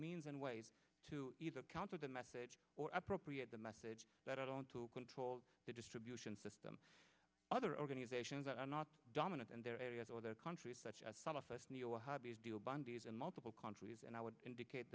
means and ways to either counter the message or appropriate the message that on to control the distribution system other organizations that are not dominant in their areas or their countries such as some of us knew your hobbies deal bundy's in multiple countries and i would indicate